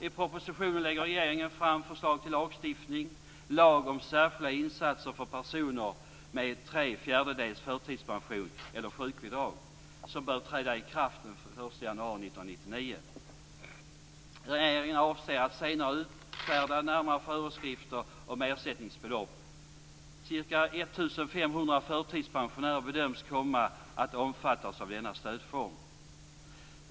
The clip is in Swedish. I propositionen lägger regeringen fram förslag till lagstiftning, lag om särskilda insatser för personer med tre fjärdedels förtidspension eller sjukbidrag, som bör träda i kraft den 1 januari 1999. Regeringen avser att senare utfärda närmare föreskrifter om ersättningsbelopp. Ca 1 500 förtidspensionärer bedöms komma att omfattas av denna stödform.